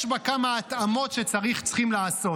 יש בה כמה התאמות שצריכים לעשות.